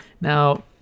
now